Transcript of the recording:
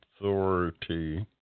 authority